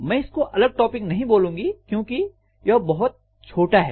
मैं इसको अलग टॉपिक नहीं बोलूंगी क्योंकि यह बहुत छोटा है